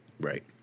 Right